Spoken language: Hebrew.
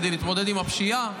כדי להתמודד עם הפשיעה.